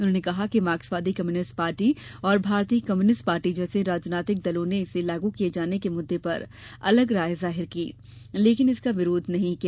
उन्होंने कहा कि मार्क्सवादी कम्युनिस्ट पार्टी और भारतीय कम्युनिस्ट पार्टी जैसे राजनीतिक दलों ने इसे लागू किये जाने के मुद्दे पर अलग राय जाहिर की लेकिन इसका विरोध नहीं किया